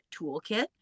toolkit